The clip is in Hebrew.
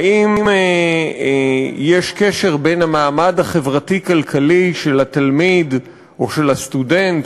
האם יש קשר בין המעמד החברתי-כלכלי של התלמיד או של הסטודנט